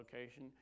location